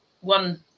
one